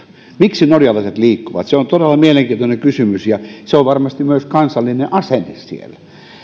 miksi norjalaiset liikkuvat se on todella mielenkiintoinen kysymys ja se on varmasti myös kansallinen asenne siellä